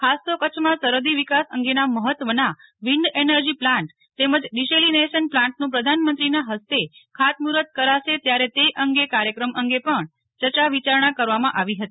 ખાસ તો કરછમાં સરફદી વિકાસ અંગેનાં મફત્વના વિન્ડ એનર્જી પ્લાન્ટ તેમજ ડિસેલીનેશન પ્લાન્ટનું પ્રધાનમંત્રીનાં ફસ્તે ખાતમુર્ફત કરાશે ત્યારે તે કાર્યક્રમ અંગે પણ ચર્ચા વિચારના કરવામાં આવી હતી